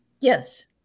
Yes